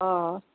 অঁ